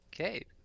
Okay